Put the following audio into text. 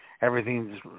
everything's